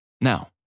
Now